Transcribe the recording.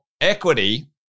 equity